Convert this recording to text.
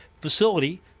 facility